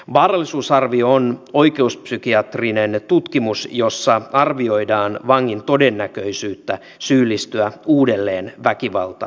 vaarallisuusarvio on oikeuspsykiatrinen tutkimus jossa arvioidaan vangin todennäköisyyttä syyllistyä uudelleen väkivaltarikoksiin